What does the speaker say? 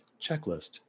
checklist